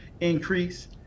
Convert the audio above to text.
increase